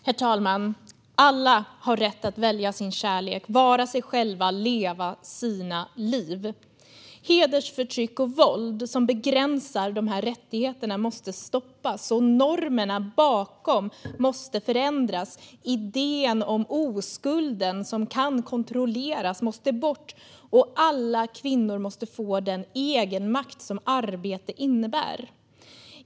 Herr talman! Alla har rätt att välja sin kärlek, vara sig själva och leva sina liv. Hedersförtryck och våld som begränsar de rättigheterna måste stoppas, och normerna bakom måste förändras. Idén om oskulden som kan kontrolleras måste bort. Alla kvinnor måste få den egenmakt som arbete innebär.